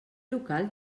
local